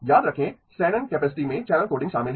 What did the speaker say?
याद रखें Shannon capacity में चैनल कोडिंग शामिल है